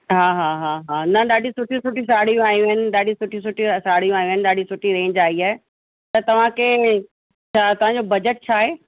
हा हा हा हा न ॾाढी सुठी सुठी साड़ियूं आहियूं आहिनि ॾाढी सुठी सुठी साड़ियूं आहियूं आहिनि ॾाढी सुठी रेंज आई आहे त तव्हांखे छा तव्हांजो बजट छा आहे